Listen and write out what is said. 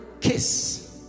kiss